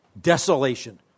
desolation